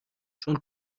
چون